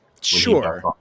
Sure